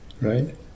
right